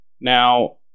now